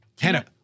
Hannah